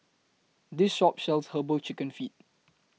This Shop sells Herbal Chicken Feet